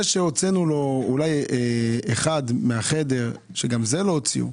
זה שהוצאנו אולי אחד מהחדר, וגם את זה לא עשו,